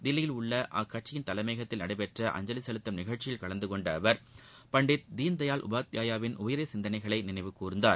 தில்லியில் உள்ள அக்கட்சியின் தலைமையகத்தில் நடைபெற்ற அஞ்சலி செலுத்தும் நிகழ்ச்சியில் கலந்துகொண்ட அவர் பண்டித் தீன்தயாள் உபாத்யாயாவின் உயரிய சிந்தனைகளை நினைவு கூர்ந்தார்